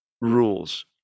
rules